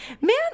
man